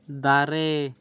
ᱫᱟᱨᱮ